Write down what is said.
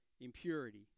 Impurity